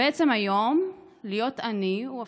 בעצם היום להיות עני זה אפילו,